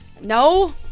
No